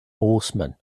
horsemen